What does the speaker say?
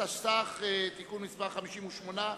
התשס"ח 2007, תיקון מס' 57,